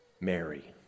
Mary